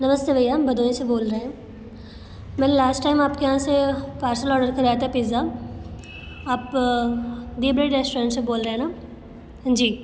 नमस्ते भैया भदोही से बोल रहे हैं मैंने लास्ट टाइम आपके यहाँ से पार्सल ऑर्डर कराया था पिज़्जा आप रेस्टौरेन से बोल रहे हैं ना जी